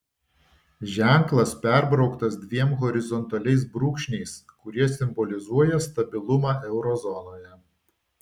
ženklas perbrauktas dviem horizontaliais brūkšniais kurie simbolizuoja stabilumą euro zonoje